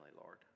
Lord